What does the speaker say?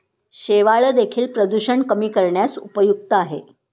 शेवाळं देखील प्रदूषण कमी करण्यास उपयुक्त आहे